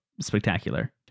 spectacular